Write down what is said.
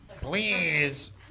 please